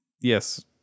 yes